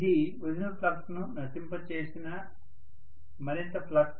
అది original flux ను నశింప చేసిన మరింత ఫ్లక్స్